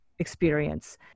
experience